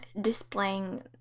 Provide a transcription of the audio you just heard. displaying